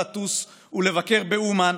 לטוס ולבקר באומן,